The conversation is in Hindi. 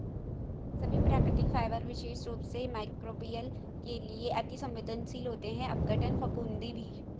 सभी प्राकृतिक फाइबर विशेष रूप से मइक्रोबियल के लिए अति सवेंदनशील होते हैं अपघटन, फफूंदी भी